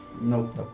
Nope